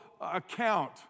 account